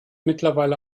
mittlerweile